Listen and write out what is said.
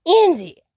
Andy